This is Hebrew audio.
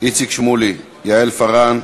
איציק שמולי, יעל פארן.